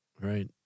Right